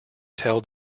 tell